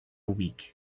week